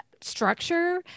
structure